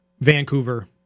Vancouver